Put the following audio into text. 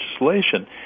legislation